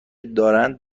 دارند